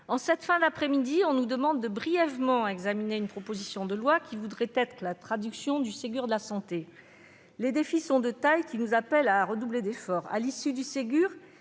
en cette fin d'après-midi, on nous demande d'examiner brièvement une proposition de loi qui se voudrait la traduction du Ségur de la santé. Les défis sont de taille et nous appellent à redoubler d'efforts. À l'issue du Ségur,